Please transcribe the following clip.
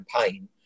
campaign